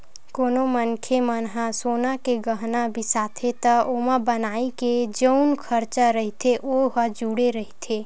कोनो मनखे मन ह सोना के गहना बिसाथे त ओमा बनाए के जउन खरचा रहिथे ओ ह जुड़े रहिथे